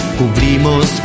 cubrimos